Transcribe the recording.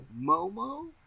Momo